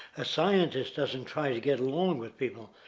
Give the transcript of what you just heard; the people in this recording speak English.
a scientist doesn't try to get along with people.